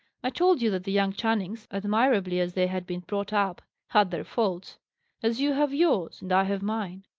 i told you that the young channings, admirably as they had been brought up, had their faults as you have yours, and i have mine.